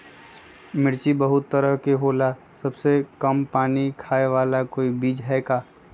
मिर्ची बहुत तरह के होला सबसे कम पानी खाए वाला कोई बीज है का?